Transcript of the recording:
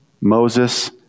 Moses